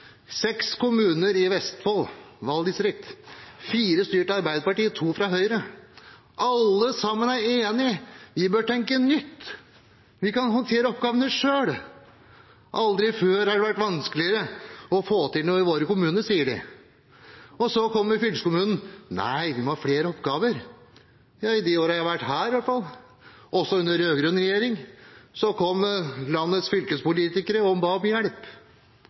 seks kommuner i Vestfold valgdistrikt, fire styrt av Arbeiderpartiet og to av Høyre, alle sammen er enige. Vi bør tenke nytt, vi kan håndtere oppgavene selv, aldri før har det vært vanskeligere å få til noe i våre kommuner, sier de. Så kommer fylkeskommunen: Nei, vi må ha flere oppgaver. I de årene jeg har vært her, også under rød-grønn regjering, har landets fylkespolitikere kommet og bedt om